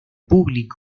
público